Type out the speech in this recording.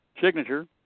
signature